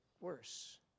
worse